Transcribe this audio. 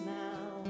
now